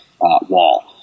wall